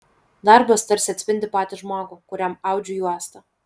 darbas tarsi atspindi patį žmogų kuriam audžiu juostą